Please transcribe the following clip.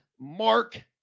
Mark